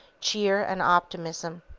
cheer and optimism.